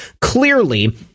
clearly